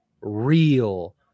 real